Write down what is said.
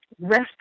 Rest